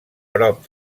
prop